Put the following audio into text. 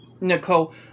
Nicole